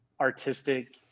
artistic